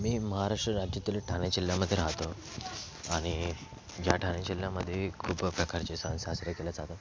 मी महाराष्ट्र राज्यातील ठाणे जिल्ह्यामध्ये राहतो आणि या ठाणे जिल्ह्यामध्ये खूप प्रकारचे सण साजरे केले जातात